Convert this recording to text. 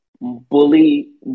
bully